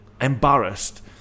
embarrassed